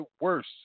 worse